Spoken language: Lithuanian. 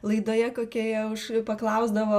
laidoje kokie jie už paklausdavo